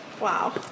Wow